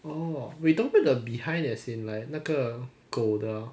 oh wait you talking about the behind as in like 那个狗的